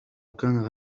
كان